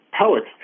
poets